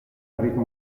enrico